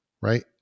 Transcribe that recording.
right